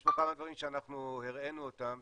יש פה כמה דברים שאנחנו הראינו אותם